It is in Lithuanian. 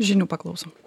žinių paklausom